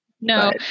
No